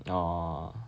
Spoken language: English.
orh